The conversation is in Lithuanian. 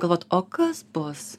galvot o kas bus